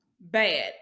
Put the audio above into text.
bad